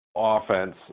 offense